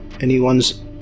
anyone's